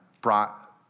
brought